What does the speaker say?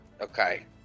Okay